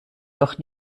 doch